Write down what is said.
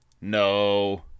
No